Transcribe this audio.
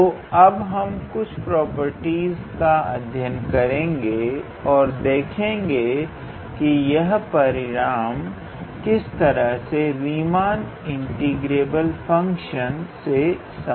तो अब हम कुछ प्रॉपर्टीस का अध्ययन करेंगे और देखेंगे कि यह परिणाम किस तरह से रीमान इंटीग्रेबल फंक्शन से संबंधित हैं